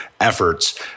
efforts